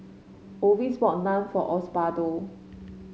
Orvis brought Naan for Osbaldo